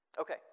Okay